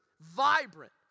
vibrant